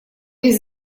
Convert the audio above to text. без